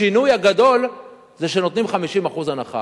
השינוי הגדול הוא שנותנים 50% הנחה.